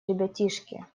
ребятишки